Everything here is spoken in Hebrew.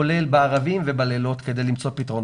כולל בערבים ובלילות, כדי למצוא פתרונות.